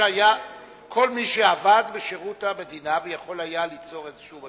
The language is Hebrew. כל מי שעבד בשירות המדינה ויכול היה ליצור איזשהו,